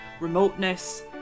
remoteness